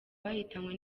bahitanywe